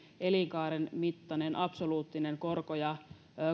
elinkaaren mittainen absoluuttinen korko ja